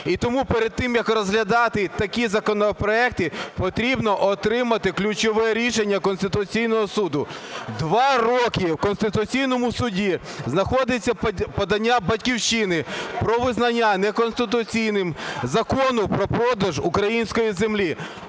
І тому перед тим, як розглядати такі законопроекти, потрібно отримати ключове рішення Конституційного Суду. Два роки в Конституційному Суді знаходиться подання "Батьківщини" про визнання неконституційним закону про продаж української землі.